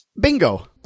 Bingo